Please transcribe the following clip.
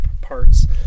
parts